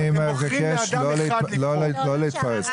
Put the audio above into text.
אני מבקש לא להתפרץ.